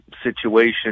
situation